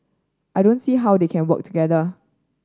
I don't see how they can work together